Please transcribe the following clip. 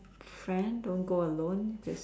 friend don't go alone because